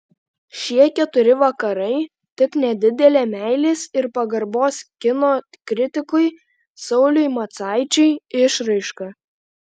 šie keturi vakarai tik nedidelė meilės ir pagarbos kino kritikui sauliui macaičiui išraiška